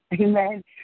Amen